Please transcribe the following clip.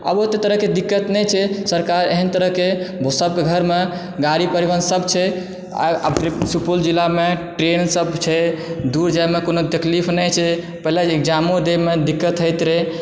आब ओतय तरहके दिक्कत नहि छै सरकार एहन तरहके जे सभके घरमे गाड़ी परिवहनसभ छै आर अतिरिक्त सुपौल जिलामे ट्रेनसभ छै दूर जायमे कोनो तकलीफ नहि छै पहिले एग्जामो दयमे दिक्कत होइत रहय